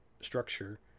structure